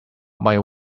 might